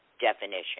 definition